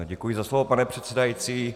Děkuji za slovo, pane předsedající.